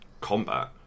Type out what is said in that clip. combat